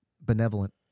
benevolent